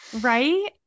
Right